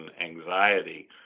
anxiety